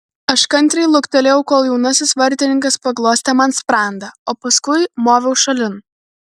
aš kantriai luktelėjau kol jaunasis vartininkas paglostė man sprandą o paskui moviau šalin